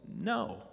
no